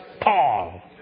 Paul